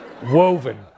Woven